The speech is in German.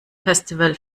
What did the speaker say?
festival